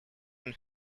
and